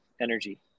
energy